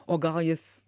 o gal jis